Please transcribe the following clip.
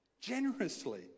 generously